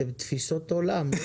אתם תפיסות עולם.